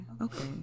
Okay